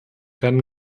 werden